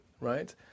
right